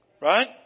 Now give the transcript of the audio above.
Right